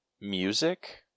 Music